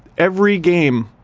every game